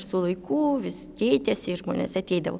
su laiku vis keitėsi žmonės ateidavo